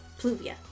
Pluvia